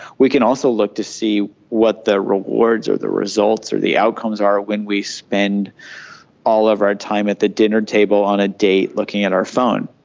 we can also look to see what the rewards or the results or the outcomes are when we spend all of our time at the dinner table on a date looking at our phone.